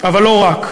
אבל לא רק.